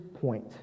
point